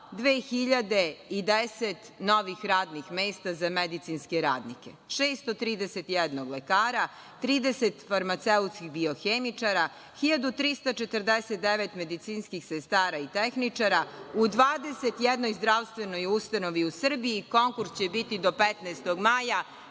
2.010 novih radnih mesta za medicinske radnike, 631 lekara, 30 farmaceutskih biohemičara, 1.349 medicinskih sestara i tehničara, u 21 zdravstvenoj ustanovi u Srbiji. Konkurs će biti do 15. maja.